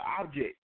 object